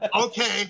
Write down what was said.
okay